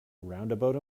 roundabout